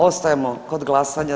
Ostajemo kod glasanja.